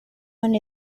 one